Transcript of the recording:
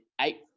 eight